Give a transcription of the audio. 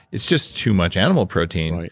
it's just too much animal protein.